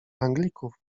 anglików